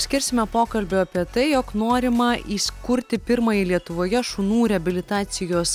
skirsime pokalbiui apie tai jog norima įkurti pirmąjį lietuvoje šunų reabilitacijos